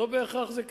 לא בהכרח זה קשור.